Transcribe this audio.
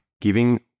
giving